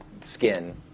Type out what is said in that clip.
skin